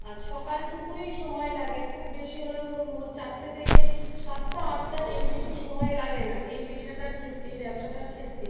আর সকালটুকুই সময় লাগে খুব বেশি হলে ধরুন ভোর চারটে থেকে সাতটা আটটা এর বেশি সময় লাগে না এই পেশাটার ক্ষেত্রে এই ব্যবসাটার ক্ষেত্রে